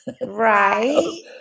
Right